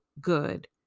good